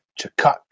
Chakak